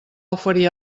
oferir